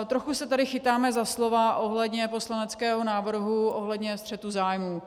Trochu se tady chytáme za slova ohledně poslaneckého návrhu, ohledně střetu zájmů.